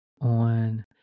on